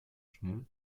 schnell